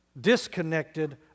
disconnected